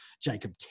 Jacob